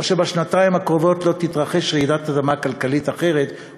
או שבשנתיים הקרובות לא תתרחש רעידת אדמה כלכלית אחרת,